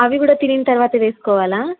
అవి కూడా తినిన తర్వాత వేసుకోవాలా